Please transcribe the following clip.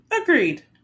agreed